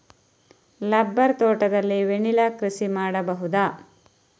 Rubber ತೋಟದಲ್ಲಿ vanilla ಕೃಷಿ ಮಾಡಬಹುದಾ?